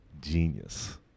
genius